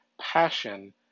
passion